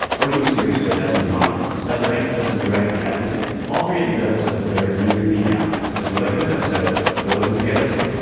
working is produced by jasmine molly. special thanks to justin you write for the ad music. all three of these episodes of footers are in your feet now. so if you like this episode go listen to the other two